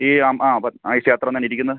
ഈ ആ ആ ഈ ക്ഷേത്രം തന്നിരിക്കുന്നത്